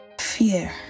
fear